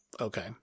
Okay